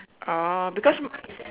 orh because